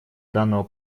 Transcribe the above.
данного